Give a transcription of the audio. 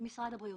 במשרד הבריאות.